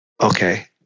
Okay